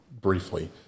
briefly